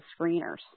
screeners